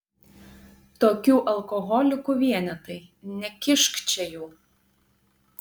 tokių alkoholikų vienetai nekišk čia jų